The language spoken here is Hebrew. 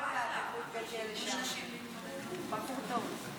הוא בחור טוב.